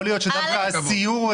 יכול להיות שדווקא הסיור,